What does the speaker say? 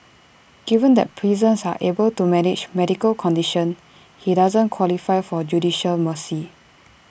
given that prisons are able to manage medical condition he doesn't qualify for judicial mercy